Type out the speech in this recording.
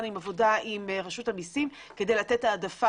אנחנו בעבודה עם רשות המיסים כדי לתת העדפה.